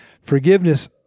Forgiveness